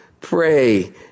Pray